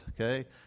Okay